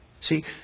See